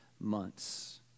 months